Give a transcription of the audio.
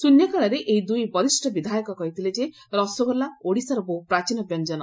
ଶ୍ରନ୍ୟକାଳରେ ଏହି ଦୁଇ ବରିଷ୍ ବିଧାୟକ କହିଥିଲେ ଯେ ରସଗୋଲା ଓଡ଼ିଶାର ବହ୍ ପ୍ରାଚୀନ ବ୍ୟଞାନ